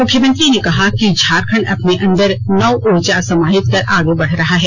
मुख्यमंत्री ने कहा कि झारखण्ड अपने अंदर नव ऊर्जा समाहित कर आगे बढ़ रहा है